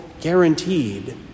guaranteed